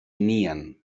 nien